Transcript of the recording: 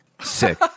Sick